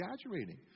exaggerating